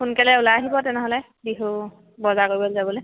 সোনকালে ওলাই আহিব তেনেহ'লে বিহু বজাৰ কৰিবলৈ যাবলৈ